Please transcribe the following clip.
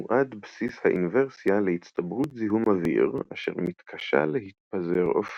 מועד בסיס האינוורסיה להצטברות זיהום אוויר אשר מתקשה להתפזר אופקית.